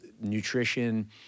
nutrition